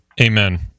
Amen